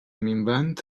minvant